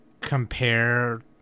compare